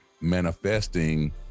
manifesting